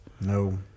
No